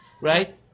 Right